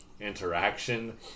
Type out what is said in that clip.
interaction